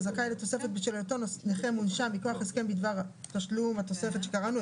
הזכאי לתוספת בשל אותו נכה מונשם מכוח הסכם בדבר תשלום התוספת שקראנו,